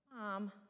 Mom